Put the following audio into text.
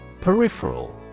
peripheral